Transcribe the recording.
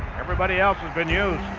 everybody else has been used.